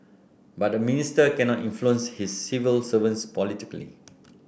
but a minister cannot influence his civil servants politically